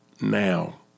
now